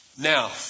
Now